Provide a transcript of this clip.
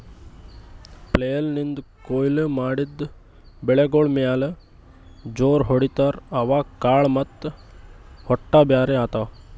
flail ನಿಂದ್ ಕೊಯ್ಲಿ ಮಾಡಿದ್ ಬೆಳಿಗೋಳ್ ಮ್ಯಾಲ್ ಜೋರ್ ಹೊಡಿತಾರ್, ಅವಾಗ್ ಕಾಳ್ ಮತ್ತ್ ಹೊಟ್ಟ ಬ್ಯಾರ್ ಆತವ್